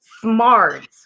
smart